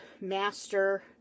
master